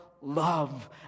love